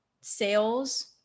sales